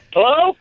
Hello